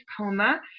coma